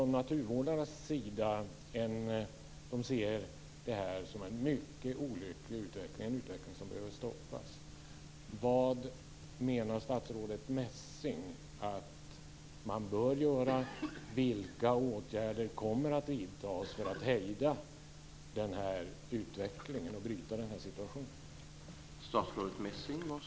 Naturvårdarna ser det här som en mycket olycklig utveckling, en utveckling som behöver stoppas.